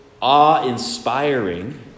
awe-inspiring